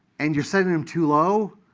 and you're setting them too low,